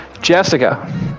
Jessica